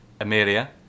Amelia